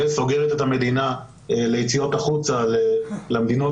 וסוגרת את המדינה ליציאות החוצה למדינות